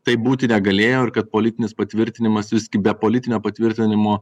taip būti negalėjo ir kad politinis patvirtinimas viski be politinio patvirtinimo